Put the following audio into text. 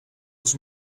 was